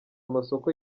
amasoko